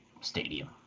Stadium